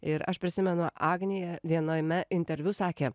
ir aš prisimenu agnija viename interviu sakė